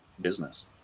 business